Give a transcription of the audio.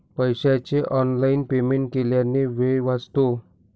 पैशाचे online payment केल्याने वेळ वाचतो